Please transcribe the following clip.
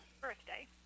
birthday